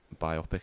biopic